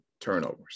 turnovers